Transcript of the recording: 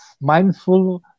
mindful